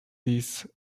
these